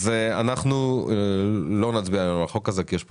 אנחנו לא נצביע היום על החוק הזה כי יש פה